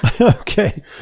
Okay